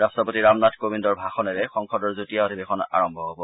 ৰট্টপতি ৰামনাথ কোবিন্দৰ ভাষণেৰে সংসদৰ যুটীয়া অধিবেশন আৰম্ভ হ'ব